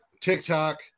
TikTok